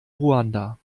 ruanda